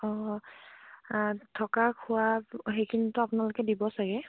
অঁ থকা খোৱা সেইখিনিতো আপোনালোকে দিব চাগে